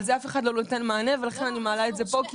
על זה אף אחד לא נותן מענה ולכן אני מעלה את זה פה.